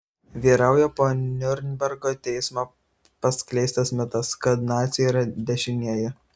vyrauja po niurnbergo teismo paskleistas mitas kad naciai yra dešinieji